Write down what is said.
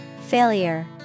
Failure